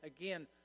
again